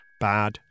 Bad